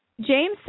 James